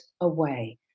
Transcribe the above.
away